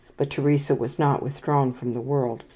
but teresa was not withdrawn from the world.